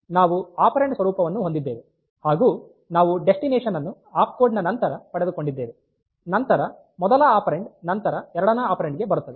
ನಾವು ಆಪೆರಾನ್ಡ್ ಸ್ವರೂಪವನ್ನು ಹೊಂದಿದ್ದೇವೆ ಹಾಗು ನಾವು ಡೆಸ್ಟಿನೇಷನ್ ಅನ್ನು ಆಪ್ ಕೋಡ್ ನ ನಂತರ ಪಡೆದುಕೊಂಡಿದ್ದೇವೆ ನಂತರ ಮೊದಲ ಆಪೆರಾಂಡ್ ನಂತರ ಎರಡನೇ ಆಪೆರಾಂಡ್ ಗೆ ಬರುತ್ತದೆ